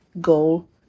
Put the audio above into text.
goal